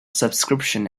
subscription